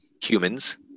humans